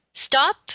Stop